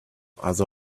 other